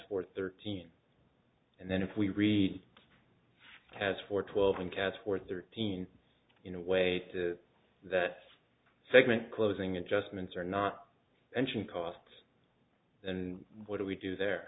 for thirteen and then if we had for twelve and cats for thirteen in a way to that segment closing adjustments or not mention cost and what do we do there